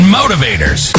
motivators